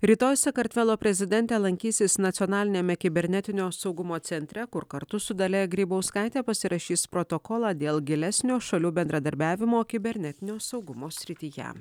rytoj sakartvelo prezidentė lankysis nacionaliniame kibernetinio saugumo centre kur kartu su dalia grybauskaite pasirašys protokolą dėl gilesnio šalių bendradarbiavimo kibernetinio saugumo srityje